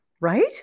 Right